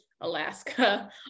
Alaska